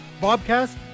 bobcast